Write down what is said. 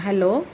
hello